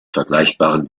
vergleichbaren